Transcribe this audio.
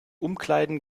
umkleiden